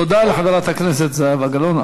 תודה לחברת הכנסת זהבה גלאון.